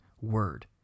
word